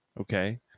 Okay